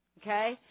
Okay